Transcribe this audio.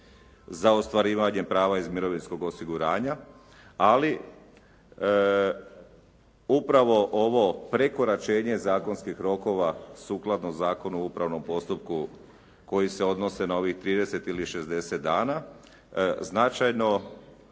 za ostvarivanje prava iz mirovinskog osiguranja. Ali upravo ovo prekoračenje zakonskih rokova sukladno Zakonu o upravnom postupku koji se odnose na ovih 30 ili 60 dana značajno